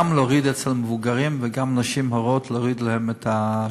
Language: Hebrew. גם להוריד אצל מבוגרים וגם אצל נשים הרות את השפעת.